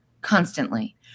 Constantly